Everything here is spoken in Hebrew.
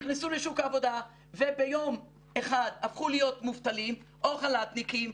נכנסו לשוק העבודה וביום אחד הפכו להיות מובטלים או חל"תניקים.